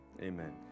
Amen